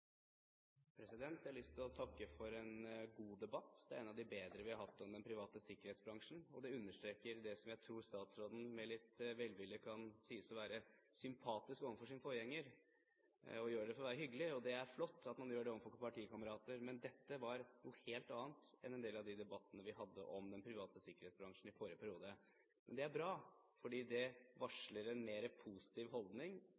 en av de bedre vi har hatt om den private sikkerhetsbransjen, og det understreker det som jeg tror statsråden med litt velvilje kan sies å være, sympatisk overfor sin forgjenger og gjør det for å være hyggelig. Det er flott at man gjør det overfor partikamerater, men dette var noe helt annet enn en del av de debattene vi hadde om den private sikkerhetsbransjen i forrige periode. Det er bra, fordi det varsler en mer positiv holdning,